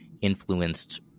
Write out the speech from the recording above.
influenced